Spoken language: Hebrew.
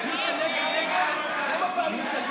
הצבעה.